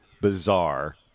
bizarre